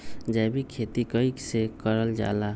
जैविक खेती कई से करल जाले?